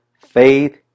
faith